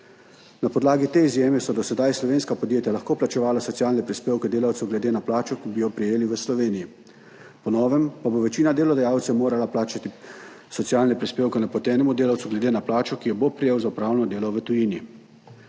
Na podlagi te izjeme so do sedaj slovenska podjetja lahko plačevala socialne prispevke delavcev glede na plačo, ki bi jo prejeli v Sloveniji. Po novem pa bo večina delodajalcev morala plačati socialne prispevke napotenemu delavcu glede na plačo, ki jo bo prejel za opravljeno delo v tujini.